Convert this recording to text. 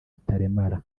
rutaremara